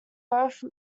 both